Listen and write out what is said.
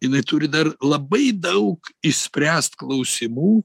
jinai turi dar labai daug išspręst klausimų